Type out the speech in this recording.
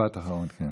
משפט אחרון, כן.